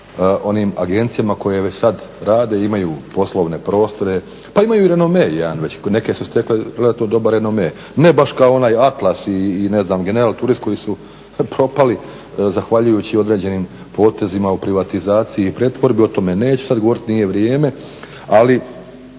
onim agencijama koje već sad rade, imaju poslovne prostore, pa imaju i renome jedan već. Neke su stekle relativno dobar renome. Ne baš kao onaj Atlas i ne znam General turist koji su propali zahvaljujući određenim potezima u privatizaciji i pretvorbi. O tome neću sad govoriti, nije vrijeme. Ali